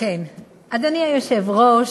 אדוני היושב-ראש,